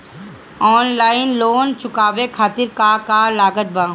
Online loan चुकावे खातिर का का लागत बा?